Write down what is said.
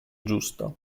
giusto